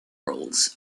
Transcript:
roles